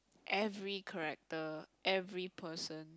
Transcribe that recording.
every character every person